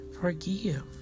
forgive